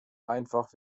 einfach